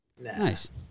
Nice